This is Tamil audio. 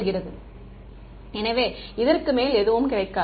மாணவர் எனவே இதற்கு மேல் எதுவும் கிடைக்காது